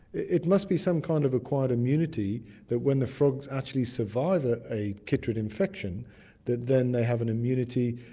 it must be some kind of acquired immunity that when the frogs actually survive ah a chytrid infection that then they have an immunity.